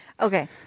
Okay